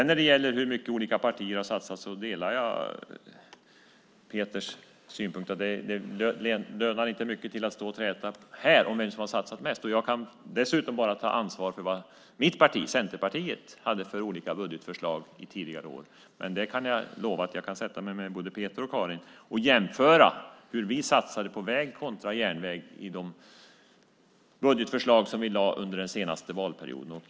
När det gäller hur mycket olika partier har satsat delar jag Peters synpunkt att det inte lönar sig särskilt mycket att stå här och träta om vem som har satsat mest. Dessutom kan jag ta ansvar bara för de olika budgetförslag som mitt parti, Centerpartiet, under tidigare år haft. Men jag kan lova att jag kan sätta mig ned med både Peter och Karin och jämföra våra satsningar på väg kontra järnväg i de budgetförslag som vi lade fram under förra valperioden.